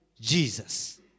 Jesus